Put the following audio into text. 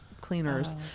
cleaners